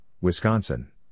Wisconsin